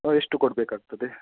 ಆಂ ಎಷ್ಟು ಕೊಡಬೇಕಾಗ್ತದೆ